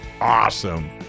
awesome